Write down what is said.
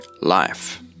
Life